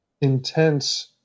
intense